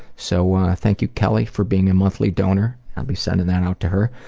so thank you, kelly, for being a monthly donor. i'll be sending that out to her.